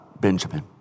Benjamin